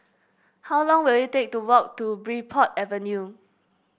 how long will it take to walk to Bridport Avenue